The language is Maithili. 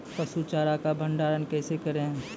पसु चारा का भंडारण कैसे करें?